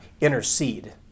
intercede